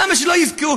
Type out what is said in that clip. למה שלא יזכו?